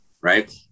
right